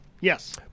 Yes